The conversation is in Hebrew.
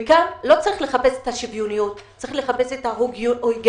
לא צריך לחפש את השוויוניות אלא לחפש את ההיגיון,